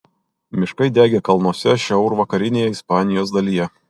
miškai degė kalnuose šiaurvakarinėje ispanijos dalyje